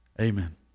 Amen